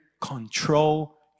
control